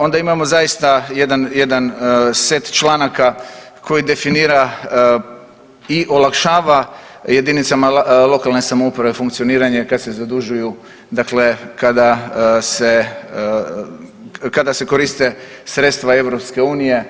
Onda imamo zaista jedan set članaka koji definira i olakšava jedinicama lokalne samouprave funkcioniranje kad se zadužuju, dakle kada se koriste sredstva EU.